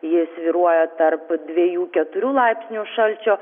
ji svyruoja tarp dviejų keturių laipsnių šalčio